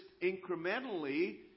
incrementally